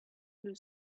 blue